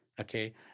okay